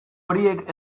horiek